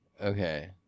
Okay